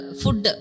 food